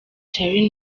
charly